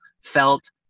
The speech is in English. felt